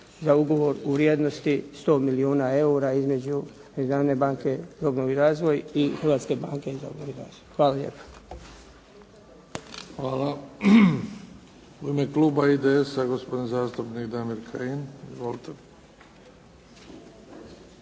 za ugovor u vrijednosti 100 milijuna eura između Međunarodne banke za obnovu i razvoj i Hrvatske banke za obnovu i razvoj. Hvala lijepa. **Bebić, Luka (HDZ)** Hvala. U ime kluba IDS-a gospodin zastupnik Damir Kajin.